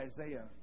Isaiah